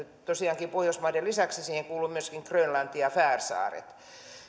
tosiaankin pohjoismaiden lisäksi siihen kuuluvat myös grönlanti ja färsaaret